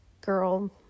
girl